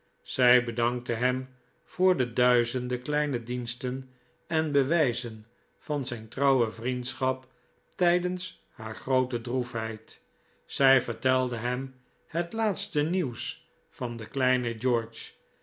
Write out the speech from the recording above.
zij bedankte hem voor de duizenden kleine diensten en bewijzen van zijn trouwe vriendschap tijdens haar groote droefheid zij vertelde hem het laatste nieuws van den kleinen